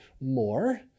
more